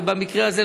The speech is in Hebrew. ובמקרה הזה,